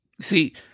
see